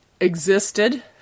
existed